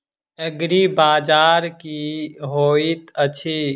एग्रीबाजार की होइत अछि?